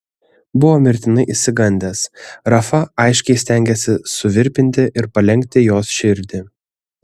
buvo mirtinai išsigandęs rafa aiškiai stengėsi suvirpinti ir palenkti jos širdį